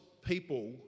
people